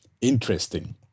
interesting